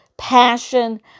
passion